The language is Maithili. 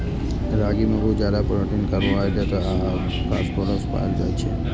रागी मे बहुत ज्यादा प्रोटीन, कार्बोहाइड्रेट आ फास्फोरस पाएल जाइ छै